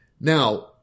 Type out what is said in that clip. Now